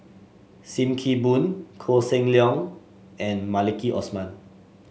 Sim Kee Boon Koh Seng Leong and Maliki Osman